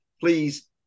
please